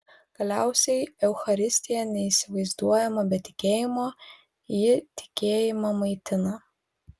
galiausiai eucharistija neįsivaizduojama be tikėjimo ji tikėjimą maitina